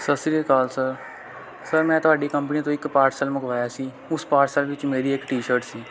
ਸਤਿ ਸ਼੍ਰੀ ਅਕਾਲ ਸਰ ਸਰ ਮੈਂ ਤੁਹਾਡੀ ਕੰਪਨੀ ਤੋਂ ਇੱਕ ਪਾਰਸਲ ਮੰਗਵਾਇਆ ਸੀ ਉਸ ਪਾਰਸਲ ਵਿੱਚ ਮੇਰੀ ਇੱਕ ਟੀ ਸ਼ਰਟ ਸੀ